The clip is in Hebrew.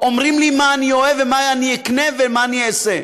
אומרים לי מה אני אוהב ומה אני אקנה ומה אני אעשה,